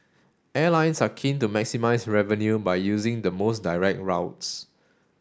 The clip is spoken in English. airlines are keen to maximise revenue by using the most direct routes